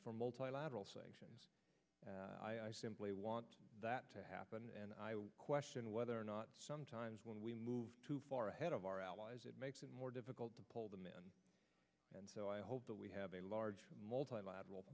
for multilateral sanctions i simply want that to happen and i question whether or not sometimes when we move too far ahead of our allies it makes it more difficult to pull them in and so i hope that we have a large multilateral